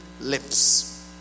lips